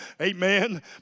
amen